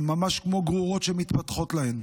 הם ממש כמו גרורות שמתפתחות להן.